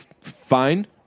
fine